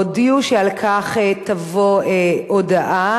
הודיעו שעל כך תבוא הודעה.